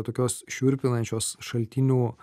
tokios šiurpinančios šaltinių